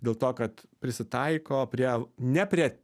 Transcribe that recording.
dėl to kad prisitaiko prie ne prie